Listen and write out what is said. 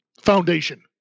foundation